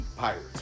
Pirates